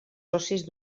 socis